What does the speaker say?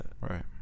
right